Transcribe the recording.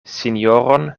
sinjoron